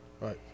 Right